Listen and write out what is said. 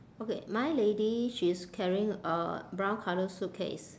okay my lady she's carrying a brown colour suitcase